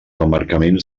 emmarcaments